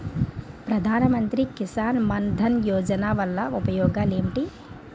ప్రధాన మంత్రి కిసాన్ మన్ ధన్ యోజన వల్ల ఉపయోగాలు ఏంటి?